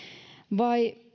vai